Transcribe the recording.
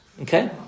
okay